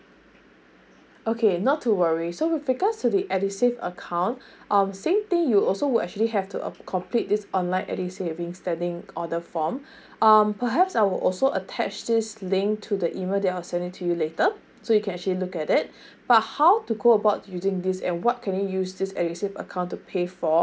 okay not to worry so with regards to the edu save account um same thing you also would actually have to uh complete this online edu saving standing order form um perhaps I will also attach this link to the email that I'll send it to you later so you can actually look at it but how to go about using this and what can you use this edu save account to pay for